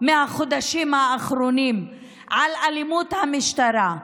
מהחודשים האחרונים על אלימות המשטרה.